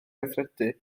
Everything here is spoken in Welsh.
gweithredu